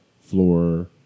floor